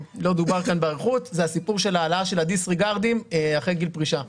לא דובר כאן באריכות זה הסיפור של העלאת הדיסריגרדים אחרי גיל פרישה.